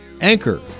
Anchor